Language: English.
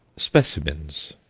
specimens,